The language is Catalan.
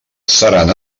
seran